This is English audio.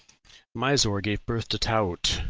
misor gave birth to taaut,